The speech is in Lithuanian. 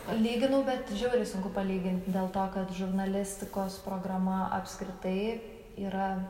lyginau bet žiauriai sunku palygint dėl to kad žurnalistikos programa apskritai yra